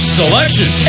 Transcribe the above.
selection